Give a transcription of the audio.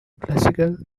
classical